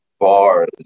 bars